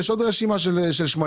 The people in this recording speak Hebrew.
יש עוד רשימה של דברים.